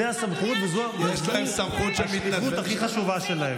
זה הסמכות וזו השליחות הכי חשובה שלהם.